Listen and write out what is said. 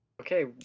Okay